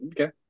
Okay